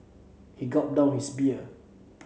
he gulped down his beer